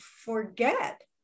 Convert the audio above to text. forget